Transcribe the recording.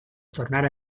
tornar